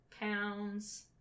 pounds